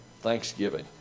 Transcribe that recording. Thanksgiving